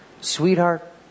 Sweetheart